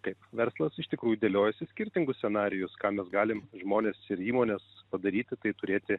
kaip verslas iš tikrųjų dėliojasi skirtingus scenarijus ką mes galim žmonės ir įmonės padaryti tai turėti